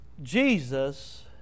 Jesus